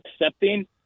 accepting